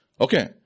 Okay